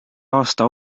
aasta